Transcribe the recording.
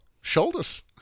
shoulders